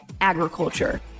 agriculture